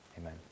Amen